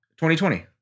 2020